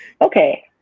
Okay